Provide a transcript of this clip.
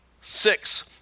Six